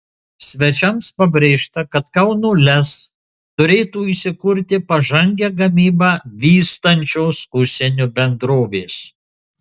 svečiams pabrėžta kad kauno lez turėtų įsikurti pažangią gamybą vystančios užsienio bendrovės